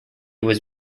was